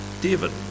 David